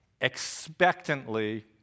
expectantly